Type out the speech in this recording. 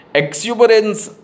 exuberance